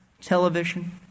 television